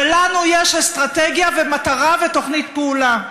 ולנו יש אסטרטגיה, ומטרה ותוכנית פעולה.